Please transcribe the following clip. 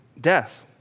Death